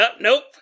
nope